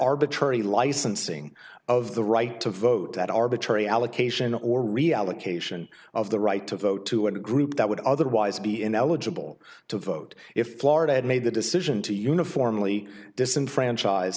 arbitrary licensing of the right to vote that arbitrary allocation or reallocation of the right to vote to a group that would otherwise be ineligible to vote if florida had made the decision to uniformly disenfranchise